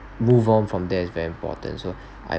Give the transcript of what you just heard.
move on from there is very important so I